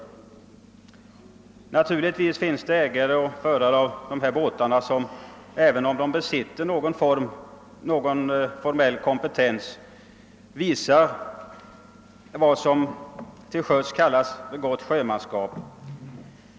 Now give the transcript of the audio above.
Det finns naturligtvis ägare och förare av båtar av nämnt slag som även om de ej besitter någon formell kompetens visar gott sjömanskap.